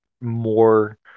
more